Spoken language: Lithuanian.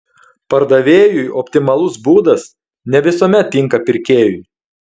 pardavėjui optimalus būdas ne visuomet tinka pirkėjui